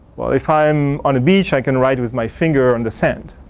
well if i am on a beach i can write with my finger on the sand.